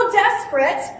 desperate